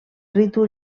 ritu